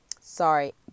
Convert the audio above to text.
sorry